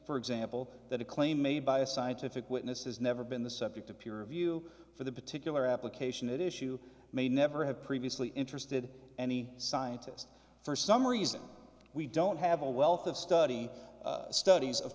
for example that a claim made by a scientific witness has never been the subject of peer review for the particular application it issue may never have previously interested any scientist for some reason we don't have a wealth of study studies of